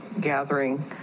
gathering